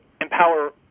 empower